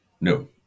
No